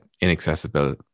inaccessible